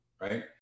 right